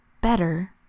better